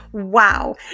wow